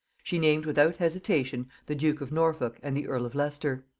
she named without hesitation the duke of norfolk and the earl of leicester.